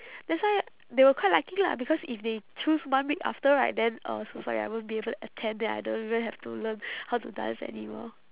that's why they were quite lucky lah because if they choose one week after right then uh so sorry I won't be able to attend then I don't even have to learn how to dance anymore